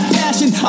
passion